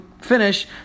finish